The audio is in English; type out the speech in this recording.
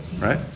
right